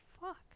fuck